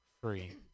free